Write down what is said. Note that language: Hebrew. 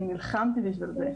אני נלחמתי בשביל זה.